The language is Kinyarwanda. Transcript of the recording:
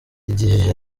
igihe